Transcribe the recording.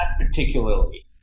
particularly